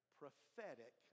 prophetic